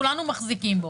כולנו מחזיקים בו.